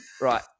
Right